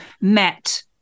met